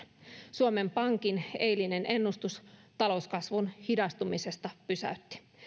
suomen pankin eilinen ennustus talouskasvun hidastumisesta pysäytti